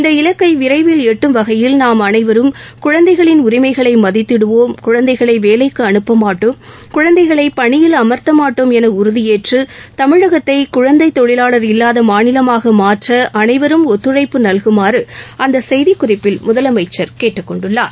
இந்த இலக்கை விரைவில் எட்டும் வகையில் நாம் அனைவரும் குழந்தைகளின் உரிமைகளை மதித்திடுவோம் குழந்தைகளை வேலைக்கு அனுப்பமாட்டோம் குழந்தைகளை பணியில் அமர்த்தமாட்டோம் என உறுதியேற்று தமிழகத்தை குழந்தை தொழிலாளர் இல்லாத மாநிலமாக மாற்ற அனைவரும் ஒத்துழைப்பு நல்குமாறு அந்த செய்திக்குறிப்பில் முதலமைச்சர் கேட்டுக்கொண்டுள்ளார்